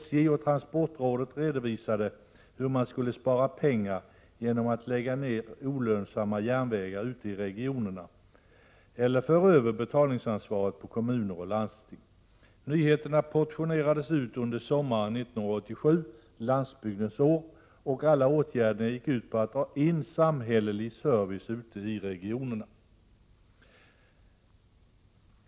SJ och transportrådet redovisade hur man skulle spara pengar genom att lägga ned olönsamma järnvägar ute i regionerna eller föra över betalningsansvaret på kommuner och landsting. Nyheterna portionerades ut under sommaren 1987 — Landsbygdens år — och alla åtgärder gick ut på att dra in samhällelig service ute i regionerna.